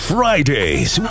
Fridays